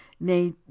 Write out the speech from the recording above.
nay